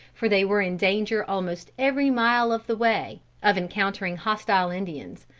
for they were in danger almost every mile of the way, of encountering hostile indians.